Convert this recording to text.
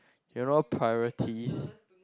you know priorities